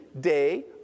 day